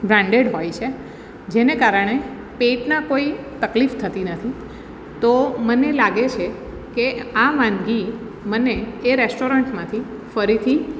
branded હોય છે જેને કારણે પેટનાં કોઈ તકલીફ થતી નથી તો મને લાગે છે કે આ વાનગી મને એ રેસ્ટોરન્ટમાંથી ફરીથી